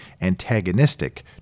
antagonistic